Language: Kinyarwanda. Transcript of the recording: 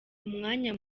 umwanya